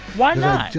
why not?